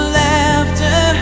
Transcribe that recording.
laughter